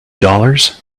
dollars